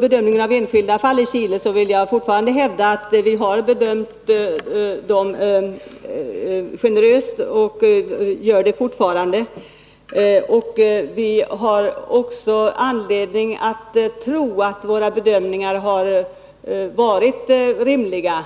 bedömningen av enskilda fall i Chile hävdar jag fortfarande att vi har bedömt dessa generöst och att vi fortfarande gör det. Det finns också anledning att tro att våra bedömningar har varit rimliga.